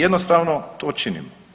Jednostavno to činimo.